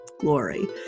glory